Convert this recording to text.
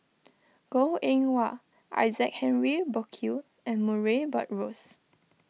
Goh Eng Wah Isaac Henry Burkill and Murray Buttrose